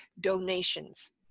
donations